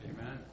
Amen